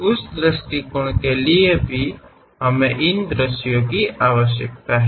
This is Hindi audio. उस दृष्टिकोण के लिए भी हमें इन दर्शयों की आवश्यकता है